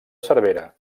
cervera